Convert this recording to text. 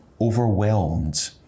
overwhelmed